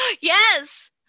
Yes